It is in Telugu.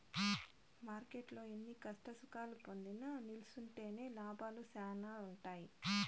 మార్కెట్టులో ఎన్ని కష్టసుఖాలు పొందినా నిల్సుంటేనే లాభాలు శానా ఉంటాయి